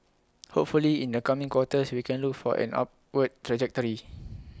hopefully in the coming quarters we can look for an upward trajectory